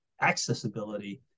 accessibility